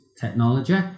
technology